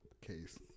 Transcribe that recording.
case